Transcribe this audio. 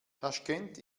taschkent